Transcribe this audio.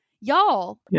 Y'all